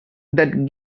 that